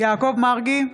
יעקב מרגי,